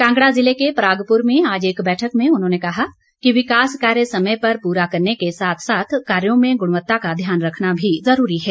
कांगड़ा जिले के परागपुर में आज एक बैठक में उन्होंने कहा कि विकास कार्य समय पर पूरा करने के साथ साथ कार्यों में गुणवत्ता का ध्यान रखना भी जरूरी है